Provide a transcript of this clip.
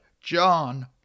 John